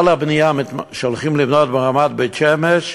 כל הבנייה שהולכים לבנות ברמת בית-שמש,